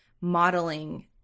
modeling